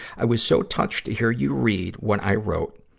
i was so touched to hear you read what i wrote,